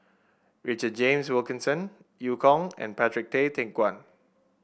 Richard James Wilkinson Eu Kong and Patrick Tay Teck Guan